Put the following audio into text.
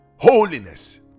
Holiness